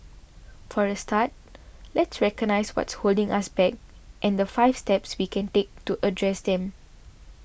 for a start let's recognise what's holding us back and the five steps we can take to address them